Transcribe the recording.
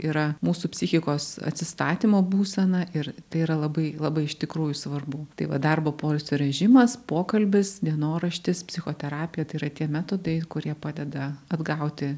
yra mūsų psichikos atsistatymo būsena ir tai yra labai labai iš tikrųjų svarbu tai va darbo poilsio režimas pokalbis dienoraštis psichoterapija tai yra tie metodai kurie padeda atgauti